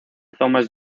thomas